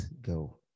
go